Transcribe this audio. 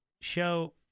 show